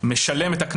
משלם אותו,